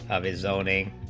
of his own